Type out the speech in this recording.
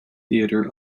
theatre